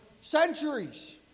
centuries